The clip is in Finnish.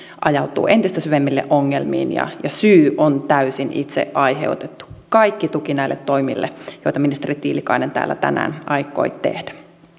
ajautuu entistä syvemmälle ongelmiin ja syy on täysin itse aiheutettu kaikki tuki näille toimille joita ministeri tiilikainen täällä tänään aikoi tehdä